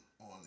on